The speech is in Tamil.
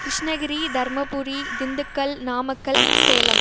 கிருஷ்ணகிரி தர்மபுரி திண்டுக்கல் நாமக்கல் சேலம்